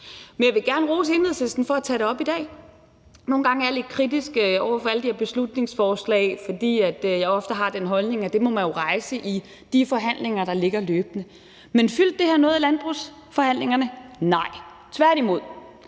Men jeg vil gerne rose Enhedslisten for at tage det op i dag. Nogle gange er jeg lidt kritisk over for alle de her beslutningsforslag, fordi jeg ofte har den holdning, at det må man jo rejse løbende i de forhandlinger, der er der. Men fyldte det her noget i landbrugsforhandlingerne? Nej, tværtimod!